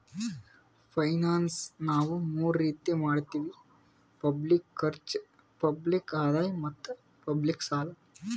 finance ನಾವ್ ಮೂರ್ ರೀತಿ ಮಾಡತ್ತಿವಿ ಪಬ್ಲಿಕ್ ಖರ್ಚ್, ಪಬ್ಲಿಕ್ ಆದಾಯ್ ಮತ್ತ್ ಪಬ್ಲಿಕ್ ಸಾಲ